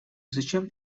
зачем